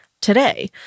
Today